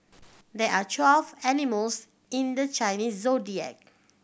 there are twelve animals in the Chinese Zodiac